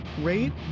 rate